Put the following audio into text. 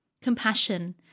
compassion